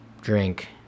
drink